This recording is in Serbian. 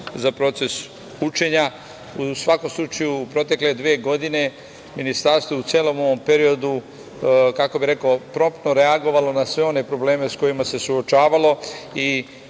za proces učenja.U svakom slučaju, protekle dve godine ministarstvo je u celom ovom periodu, kako bih rekao, promptno reagovalo na sve one probleme sa kojima se suočavalo i